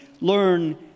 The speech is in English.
learn